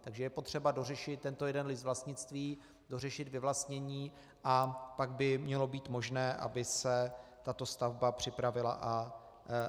Takže je potřeba dořešit tento jeden list vlastnictví, dořešit vyvlastnění, a pak by mělo být možné, aby se tato stavba připravila a